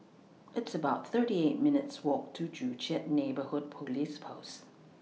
It's about thirty eight minutes' Walk to Joo Chiat Neighbourhood Police Post